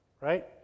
right